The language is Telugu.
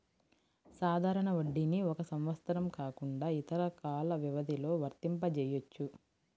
సాధారణ వడ్డీని ఒక సంవత్సరం కాకుండా ఇతర కాల వ్యవధిలో వర్తింపజెయ్యొచ్చు